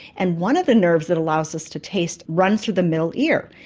and one of the nerves that allows us to taste runs through the middle ear,